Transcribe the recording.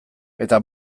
eta